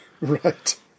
Right